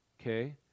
okay